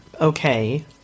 okay